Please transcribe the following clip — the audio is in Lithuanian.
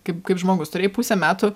kaip kaip žmogus turėjai pusę metų